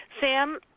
Sam